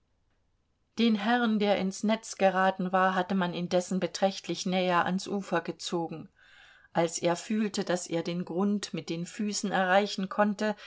den herrn der ins netz geraten war hatte man indessen beträchtlich näher ans ufer gezogen als er fühlte daß er den grund mit den füßen erreichen konnte